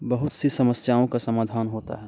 बहुत सी समस्याओं का समाधान होता है